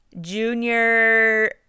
Junior